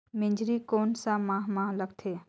मेझरी कोन सा माह मां लगथे